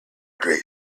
great